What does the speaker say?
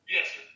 Yes